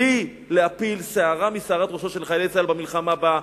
בלי להפיל שערה משערות ראשם של חיילי צה"ל במלחמה הבאה.